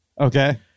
Okay